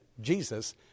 Jesus